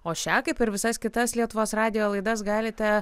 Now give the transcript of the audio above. o šią kaip ir visas kitas lietuvos radijo laidas galite